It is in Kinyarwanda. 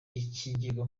ikigega